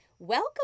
Welcome